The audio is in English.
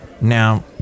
Now